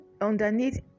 Underneath